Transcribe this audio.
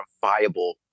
viable